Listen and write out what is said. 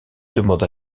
demanda